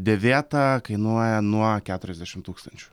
dėvėta kainuoja nuo keturiasdešim tūkstančių